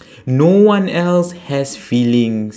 no one else has feelings